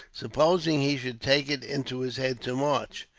supposing he should take it into his head to march,